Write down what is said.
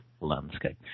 landscape